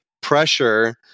pressure